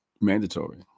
mandatory